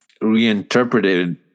reinterpreted